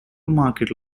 market